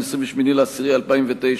28 באוקטובר 2009,